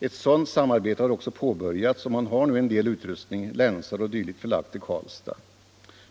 Ett sådant samarbete har också påbörjats och man har nu en del utrustning, länsor 0. d., förlagd till Karlstad.